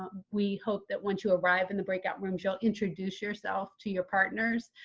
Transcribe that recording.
um we hope that once you arrive in the breakout room, joel, introduce yourself to your partners